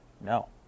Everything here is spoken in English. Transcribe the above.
no